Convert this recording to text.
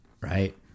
right